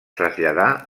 traslladà